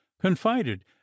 confided